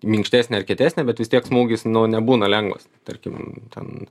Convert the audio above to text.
minkštesnę ar kietesnę bet vis tiek smūgis nebūna lengvas tarkim ten